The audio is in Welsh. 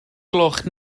gloch